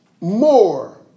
more